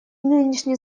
нынешний